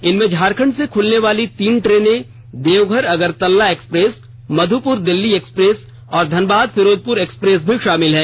इनमें झारखंड से खूलने वाली तीन ट्रेनें Deoghar Agartala express Madhupur Delhi express Dhanbad Firozpur express भी शामिल हैं